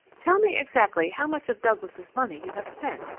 tell me exactly how much of douglas' money you have spent?